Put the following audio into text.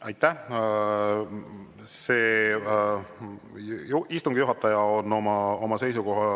Aitäh! Istungi juhataja on oma seisukoha